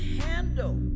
handle